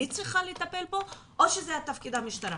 אני צריכה לטפל בו או שזה תפקיד המשטרה?